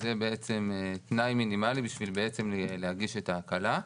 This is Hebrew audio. שזה בעצם תנאי מינימלי בשביל בעצם להגיש את ההקלה.